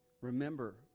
remember